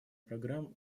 программ